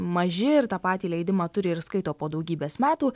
maži ir tą patį leidimą turi ir skaito po daugybės metų